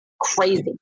Crazy